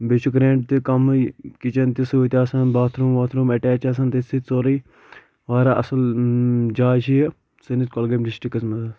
بیٚیہِ چھُکھ رٮ۪نٛٹ تہِ کَمٕے کِچَن تہِ سۭتۍ آسان باتھروٗم واتھروٗم ایٚٹیچ آسان تٕتھۍ سۭتۍ سورُے واریاہ اصٕل جاے چھِ یہِ سٲنِس کۄلگٲمۍ ڈِسٹِکَس منٛز